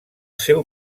seu